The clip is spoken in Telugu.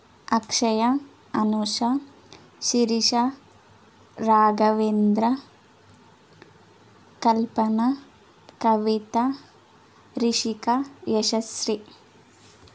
అక్షయ అనూష శిరీష రాఘవేంద్ర కల్పన కవిత రిషిక యశస్వి